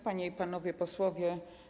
Panie i Panowie Posłowie!